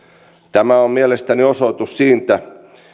tämä on mielestäni osoitus siitä